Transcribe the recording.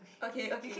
okay okay